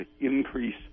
increase